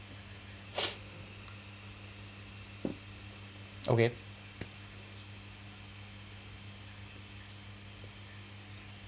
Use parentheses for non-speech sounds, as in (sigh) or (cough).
(breath) okay